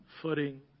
footing